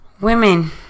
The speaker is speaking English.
Women